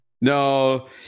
No